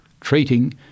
treating